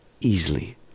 Easily